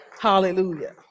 Hallelujah